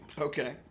Okay